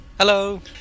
Hello